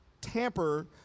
tamper